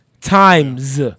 Times